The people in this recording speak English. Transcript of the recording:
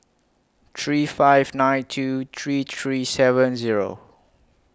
three five nine two three three seven Zero